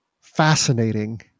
Fascinating